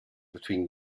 between